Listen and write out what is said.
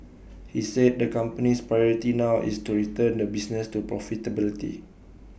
he said the company's priority now is to return the business to profitability